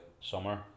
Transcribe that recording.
summer